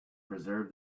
preserve